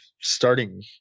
starting